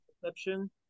perception